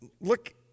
look